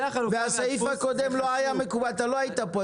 והסעיף הקודם לא היה מקובל לא היית פה,